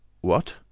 What